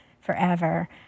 forever